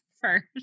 first